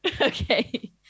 Okay